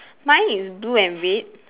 mine is blue and red